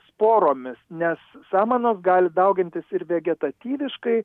sporomis nes samanos gali daugintis ir vegetatyviškai